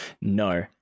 no